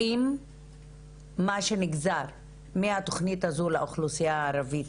האם מה שנגזר מהתוכנית הזאת לאוכלוסיה הערבית